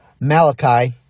Malachi